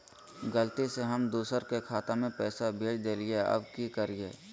गलती से हम दुसर के खाता में पैसा भेज देलियेई, अब की करियई?